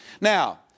Now